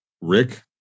Rick